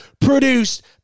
produced